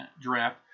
draft